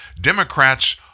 Democrats